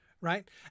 right